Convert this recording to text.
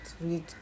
read